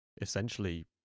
essentially